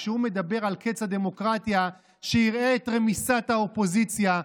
כשהוא מדבר על קץ הדמוקרטיה שיראה את רמיסת האופוזיציה,